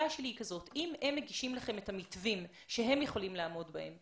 אם הם מגישים לכם את המתווים שהם יכולים לעמוד בהם,